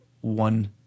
one